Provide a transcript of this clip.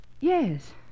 yes